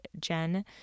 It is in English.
Jen